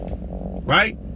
Right